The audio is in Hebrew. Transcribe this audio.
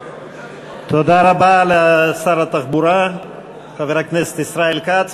תודה רבה לשר התחבורה חבר הכנסת ישראל כץ.